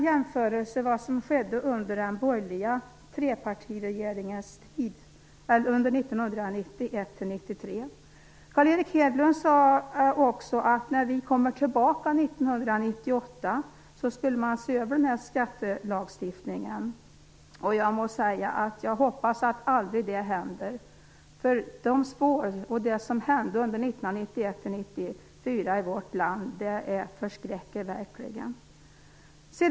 Jämför med vad som skedde under den borgerliga trepartiregeringens tid Carl Erik Hedlund sade också: När vi kommer tillbaka 1998 skall vi se över skattelagstiftningen. Jag må säga att jag hoppas att det aldrig händer. Spåren av det som hände 1991-1994 i vårt land förskräcker verkligen.